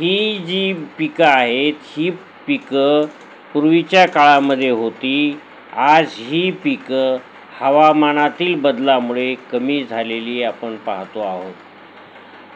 ही जी पिकं आहेत ही पिकं पूर्वीच्या काळामध्ये होती आज ही पिकं हवामानातील बदलामुळे कमी झालेली आपण पाहतो आहोत